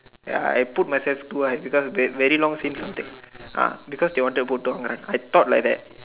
ya I put myself to why because very long since ah because they want to put Tong ah I thought like that